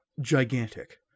gigantic